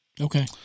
Okay